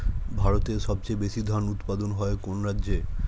ভারতের সবচেয়ে বেশী ধান উৎপাদন হয় কোন রাজ্যে?